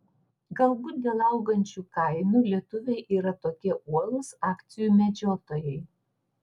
galbūt dėl augančių kainų lietuviai yra tokie uolūs akcijų medžiotojai